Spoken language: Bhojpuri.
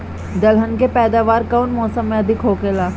दलहन के पैदावार कउन मौसम में अधिक होखेला?